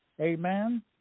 Amen